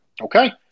Okay